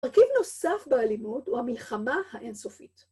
‫רכיב נוסף באלימות ‫הוא המלחמה האינסופית.